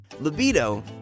Libido